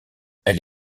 elle